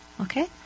Okay